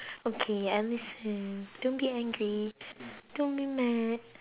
okay I listen don't be angry don't be mad